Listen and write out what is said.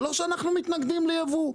זה לא שאנחנו מתנגדים לייבוא,